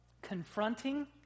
confronting